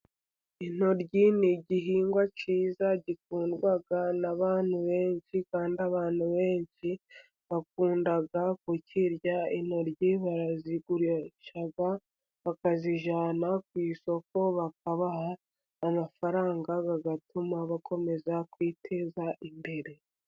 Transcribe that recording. Intoryi ni igihingwa cyiza gikundwa n'abantu benshi, kandi abantu benshi bakunda kukirya, intoryi barazigurisha bakazijyana ku isoko bakabaha amafaranga, agatuma bakomeza kwiteza imbere.